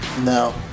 no